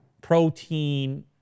Protein